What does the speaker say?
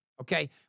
okay